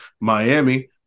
Miami